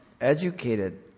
educated